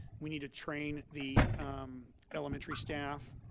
we need to train the elementary staff,